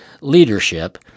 leadership